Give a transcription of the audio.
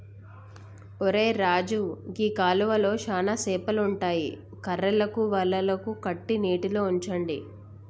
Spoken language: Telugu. ఒరై రాజు గీ కాలువలో చానా సేపలు ఉంటాయి కర్రలకు వలలు కట్టి నీటిలో ఉంచండి